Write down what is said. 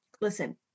listen